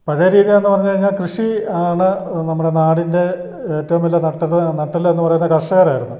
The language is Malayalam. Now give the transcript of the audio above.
പഴയ രീതിയാണെന്ന് പറഞ്ഞു കഴിഞ്ഞാൽ കൃഷി ആണ് നമ്മുടെ നാടിൻ്റെ ഏറ്റവും വലിയ നട്ടെല്ല് നട്ടല്ലെന്ന് പറയുന്നത് കർഷകരായിരുന്നു